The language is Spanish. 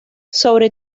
sobre